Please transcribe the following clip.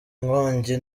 nkongi